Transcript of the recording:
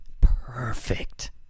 Perfect